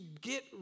get